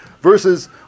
Versus